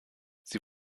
sie